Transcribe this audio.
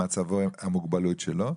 מצבו, המוגבלות שלו.